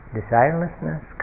desirelessness